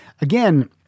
Again